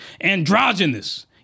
androgynous